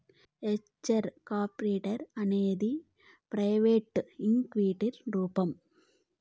venture capital అనేది private ఈక్విటికి రూపం